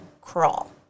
crawl